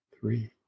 three